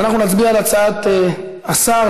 או לא יודע, אולי הכספים.